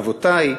אבותי,